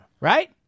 right